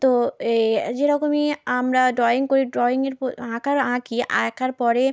তো এ যেরকমই আমরা ড্রয়িং করি ড্রয়িংয়ের পো আঁকার আঁকি আঁকার পরে